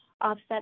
offset